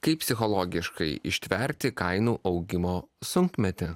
kaip psichologiškai ištverti kainų augimo sunkmetį